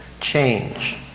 change